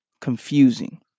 confusing